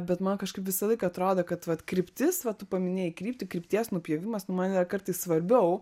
bet man kažkaip visą laiką atrodo kad vat kryptis va tu paminėjai kryptį krypties nupjovimas nu man yra kartais svarbiau